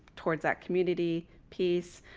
towards that community piece.